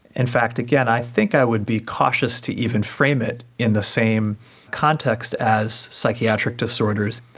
in fact, again, i think i would be cautious to even frame it in the same context as psychiatric disorders.